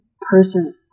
person